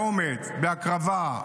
באומץ, בהקרבה,